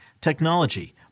technology